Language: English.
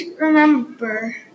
remember